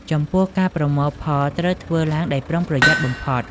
ចំពោះ ការប្រមូលផលត្រូវធ្វើឡើងដោយប្រុងប្រយ័ត្នបំផុត។